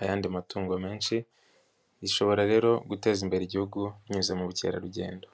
ayandi matungo menshi, ishobora rero guteza imbere igihugu binyuze mu bukerarugendo.